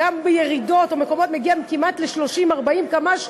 גם בירידות או מקומות מגיעים כמעט ל-40-30 קמ"ש,